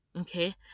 okay